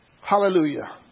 Hallelujah